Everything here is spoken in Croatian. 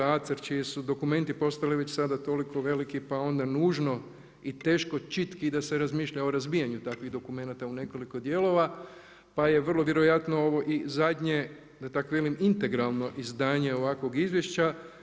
ACER čiji su dokumenti postali već sada toliko veliki pa onda nužno i teško čitki da se razmišlja o razbijanju takvih dokumenata u nekoliko dijelova, pa je vrlo vjerojatno ovo i zadnje da tako i velim, integralno izdanje ovakvog izvješća.